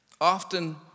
Often